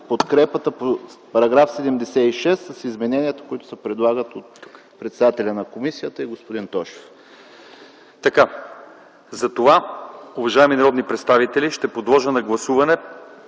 подкрепата по § 76 с измененията, които се предлагат от председателя на комисията и господин Тошев. ПРЕДСЕДАТЕЛ ЛЪЧЕЗАР ИВАНОВ: Затова, уважаеми народни представители, ще подложа на гласуване